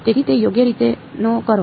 તેથી તે યોગ્ય રીતે ન કરો